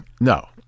no